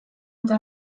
eta